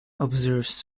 observes